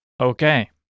Okay